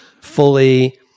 fully